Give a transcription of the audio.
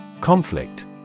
Conflict